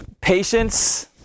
Patience